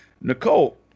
Nicole